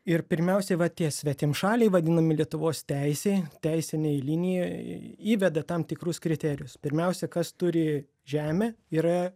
ir pirmiausiai va tie svetimšaliai vadinami lietuvos teisėj teisinėj linijoj įveda tam tikrus kriterijus pirmiausia kas turi žemę yra